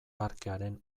parkearen